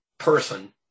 person